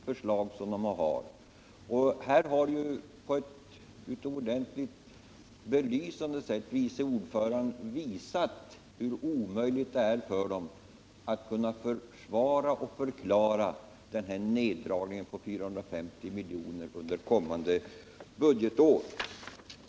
Vice ordföranden i försvarsutskottet har här på ett utomordentligt belysande sätt visat, hur omöjligt det är för dem att kunna förklara och försvara denna neddragning med 450 miljoner under kommande budgetår.